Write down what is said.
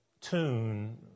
tune